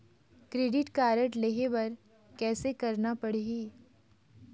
Credit card लेहे बर कैसे करना पड़ही?